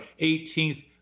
18th